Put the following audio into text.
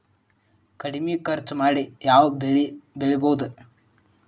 ಕಡಮಿ ಖರ್ಚ ಮಾಡಿ ಯಾವ್ ಬೆಳಿ ಬೆಳಿಬೋದ್?